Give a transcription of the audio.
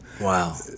Wow